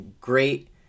great